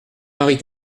marie